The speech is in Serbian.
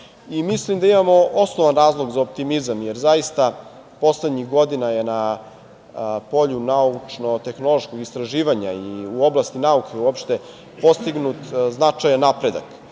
Mislim da imamo osnovan razlog za optimizam, jer zaista poslednjih godina je na polju naučno-tehnološkog istraživanja i u oblasti nauke uopšte postignut značajan napredak.